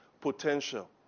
potential